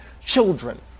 children